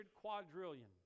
quadrillion